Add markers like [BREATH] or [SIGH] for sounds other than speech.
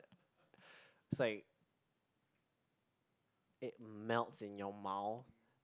[BREATH] it's like it melts in your mouth